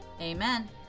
Amen